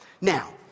Now